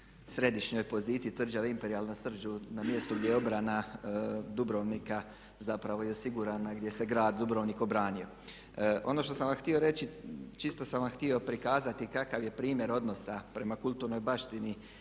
središnjoj poziciji tvrđave Imperial na Srđu na mjestu gdje je obrana Dubrovnika zapravo i osigurana, gdje se grad Dubrovnik obranio. Ono što sam vam htio reći, čisto sam vam htio prikazati kakav je primjer odnosa prema kulturnoj baštini